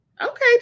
Okay